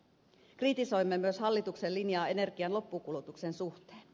kritisoimme myös hallituksen linjaa energian loppukulutuksen suhteen